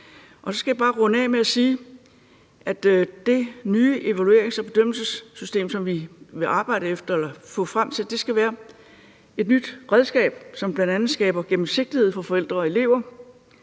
Så skal jeg bare runde af med at sige, at det nye evaluerings- og bedømmelsessystem, som vi vil arbejde med at nå frem til, skal være et nyt redskab, som bl.a. skaber gennemsigtighed for forældre og elever